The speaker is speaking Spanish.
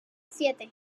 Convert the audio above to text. siete